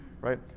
Right